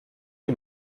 die